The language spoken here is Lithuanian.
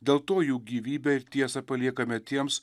dėl to jų gyvybę ir tiesą paliekame tiems